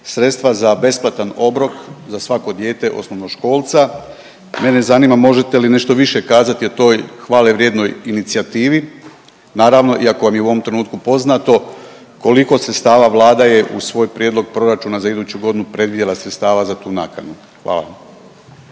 sredstva za besplatan obrok za svako dijete osnovnoškolca. Mene zanima, možete li nešto više kazati o toj hvalevrijednoj inicijativi? Naravno, i ako vam je u ovom trenutku poznato koliko sredstava Vlada je u svoj prijedlog proračuna za iduću godinu predvidjela sredstava za tu nakanu? Hvala.